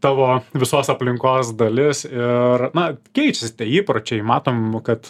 tavo visos aplinkos dalis ir na keičias tie įpročiai matom kad